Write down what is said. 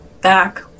back